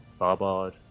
Barbard